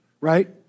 right